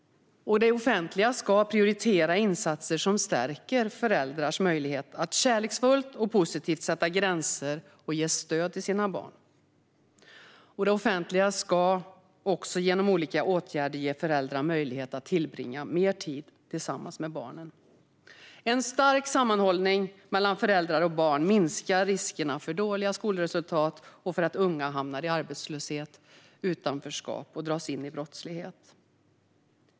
Det offentliga ska prioritera insatser som stärker föräldrars möjligheter att kärleksfullt och positivt sätta gränser och ge stöd till sina barn. Det offentliga ska också, genom olika åtgärder, ge föräldrar möjlighet att tillbringa mer tid tillsammans med barnen. Stark sammanhållning mellan föräldrar och barn minskar riskerna för dåliga skolresultat och för att unga hamnar i arbetslöshet och utanförskap och dras in i brottslighet.